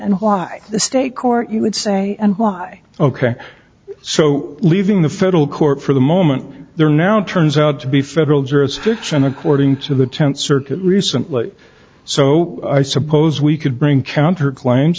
and why the state court you would say and why ok so leaving the federal court for the moment they're now turns out to be federal jurisdiction according to the tenth circuit recently so i suppose we could bring counterclaims